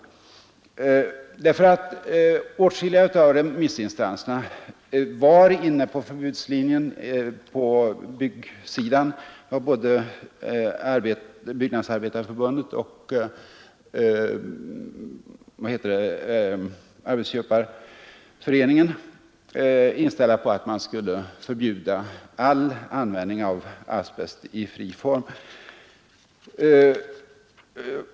Åtskilliga av remissinstanserna var inne på förbudslinjen. På byggsidan var både Byggnadsarbetareförbundet och arbetsköparnas förening inställda på att man skulle förbjuda all användning av asbest i fri form.